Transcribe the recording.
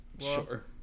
Sure